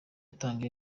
atanga